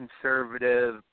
conservative